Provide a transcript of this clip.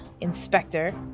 inspector